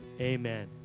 Amen